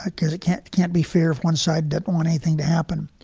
because it can't can't be fair if one side doesn't want anything to happen,